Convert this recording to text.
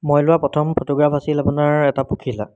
মই লোৱা প্ৰথম ফটোগ্ৰাফ আছিল আপোনাৰ এটা পখিলা